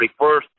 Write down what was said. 31st